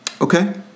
Okay